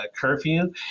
curfew